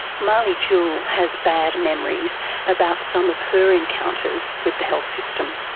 mahlie jewell has bad memories about some of her encounters with the health system.